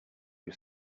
you